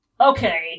Okay